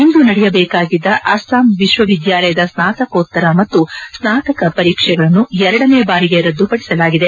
ಇಂದು ನಡೆಯಬೇಕಾಗಿದ್ದ ಅಸ್ಸಾಂ ವಿಶ್ವ ವಿದ್ಯಾಲಯದ ಸ್ನಾತಕೋತ್ತರ ಮತ್ತು ಸ್ನಾತಕ ಪರೀಕ್ಷೆಗಳನ್ನು ಎರಡನೇ ಬಾರಿಗೆ ರದ್ದುಪಡಿಸಲಾಗಿದೆ